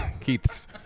keith's